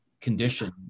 condition